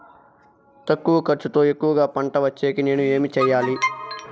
తక్కువ ఖర్చుతో ఎక్కువగా పంట వచ్చేకి నేను ఏమి చేయాలి?